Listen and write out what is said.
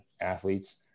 athletes